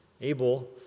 Abel